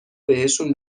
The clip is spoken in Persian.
بهشون